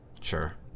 Sure